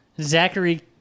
Zachary